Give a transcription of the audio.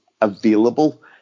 available